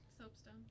Soapstone